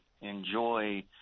enjoy